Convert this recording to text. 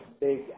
big